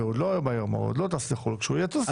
כשהוא יטוס לחוץ לארץ,